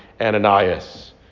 Ananias